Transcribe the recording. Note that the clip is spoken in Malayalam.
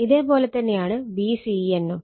ഇതേ പോലെ തന്നെയാണ് Vcn ഉം